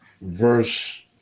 verse